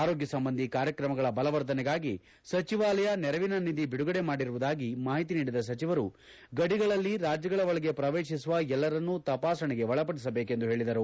ಆರೋಗ್ಯ ಸಂಬಂಧಿ ಕಾರ್ಯಕ್ರಮಗಳ ಬಲವರ್ಧನೆಗಾಗಿ ಸಚಿವಾಲಯ ನೆರವಿನ ನಿಧಿ ಬಿಡುಗಡೆ ಮಾಡಿರುವುದಾಗಿ ಮಾಹಿತಿ ನೀಡಿದ ಸಚಿವರು ಗಡಿಗಳಲ್ಲಿ ರಾಜ್ಯಗಳ ಒಳಗೆ ಪ್ರವೇಶಿಸುವ ಎಲ್ಲರನ್ನೂ ತಪಾಸಣೆಗೆ ಒಳಪಡಿಸಬೇಕೆಂದು ತಿಳಿಬದರು